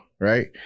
right